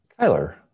Kyler